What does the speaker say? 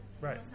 Right